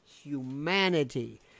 humanity